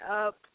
up